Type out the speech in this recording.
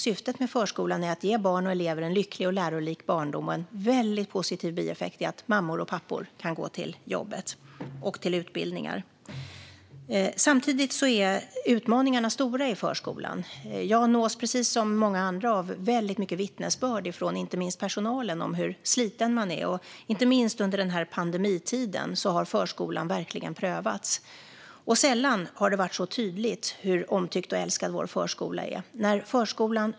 Syftet med förskolan är att ge barn och elever en lycklig och lärorik barndom, och en väldigt positiv bieffekt är att mammor och pappor kan gå till jobbet och till utbildningar. Samtidigt är utmaningarna stora i förskolan. Jag nås, precis som många andra, av väldigt mycket vittnesbörd från personalen om hur sliten man är. Inte minst under pandemitiden har förskolan verkligen prövats. Och sällan har det varit så tydligt hur omtyckt och älskad vår förskola är.